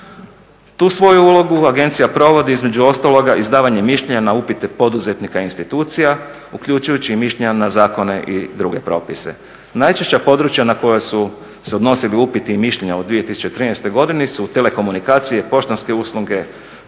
Tu svoju ulogu agencija provodi između ostaloga izdavanjem mišljenja na upite poduzetnika i institucija, uključujući i mišljenja na zakone i druge propise. Najčešća područja na koja su se odnosili upiti i mišljenja u 2013. godini su telekomunikacije, poštanske usluge,